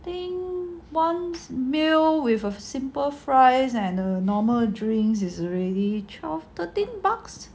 think one meal with a simple fries and a normal drinks is already twelve thirteen bucks